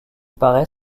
paraît